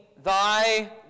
Thy